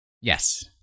yes